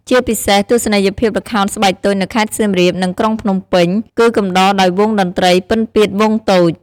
ជាពិសេស ទស្សនីយភាពល្ខោនស្បែកតូចនៅខេត្តសៀមរាប និងក្រុងភ្នំពេញ គឺកំដរដោយវង់តន្ត្រីពិណពាទ្យវង់តូច ។